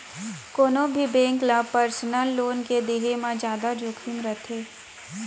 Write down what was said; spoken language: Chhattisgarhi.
कोनो भी बेंक ल पर्सनल लोन के देहे म जादा जोखिम रथे